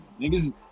niggas